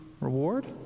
reward